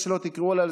איך שלא תקראו להם,